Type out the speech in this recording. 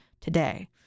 today